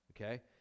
okay